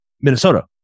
minnesota